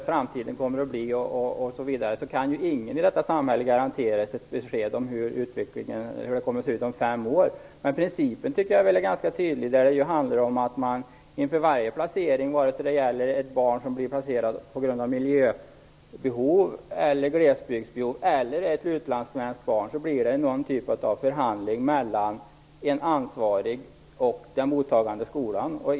Fru talman! Helt kort: När det gäller framtiden kan ju ingen i detta samhälle garanteras ett besked om hur det kommer att se ut om fem år. Principen är väl ganska tydlig. Det handlar om att det inför varje placering, vare sig det gäller ett barn som skall placeras på grund av miljöbehov eller glesbygdsbehov eller om det rör sig om ett utlandssvenskt barn, sker någon typ av förhandling mellan en ansvarig och den mottagande skolan.